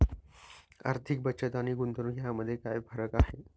आर्थिक बचत आणि गुंतवणूक यामध्ये काय फरक आहे?